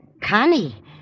Connie